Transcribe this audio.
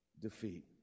defeat